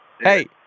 Hey